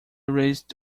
raised